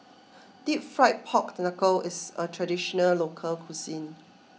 Deep Fried Pork Knuckle is a Traditional Local Cuisine